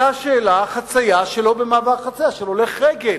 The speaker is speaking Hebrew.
אותה שאלה היא גם לגבי חצייה של הולך רגל